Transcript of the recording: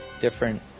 different